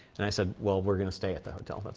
and i said, well, we're gonna stay at the hotel. that's